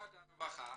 משרד הרווחה